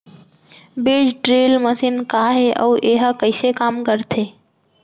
बीज drill machine का हे अऊ एहा कइसे काम करथे?